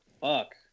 Fuck